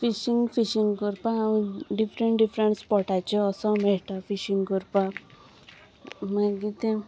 fishing fishing करपाक हांव different different स्पोटाचे असो मेळटा फिशींग करपाक मागीर तें